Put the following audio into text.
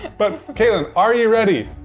but katelyn, are you ready?